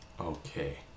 okay